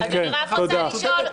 וזאת עמדתו.